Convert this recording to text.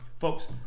Folks